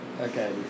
Okay